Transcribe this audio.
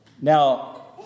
Now